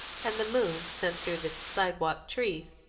and the moon sent through the sidewalk trees,